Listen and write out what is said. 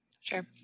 Sure